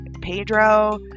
Pedro